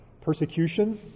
persecution